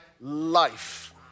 life